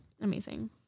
Amazing